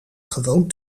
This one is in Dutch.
gewoon